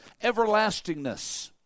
everlastingness